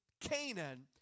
Canaan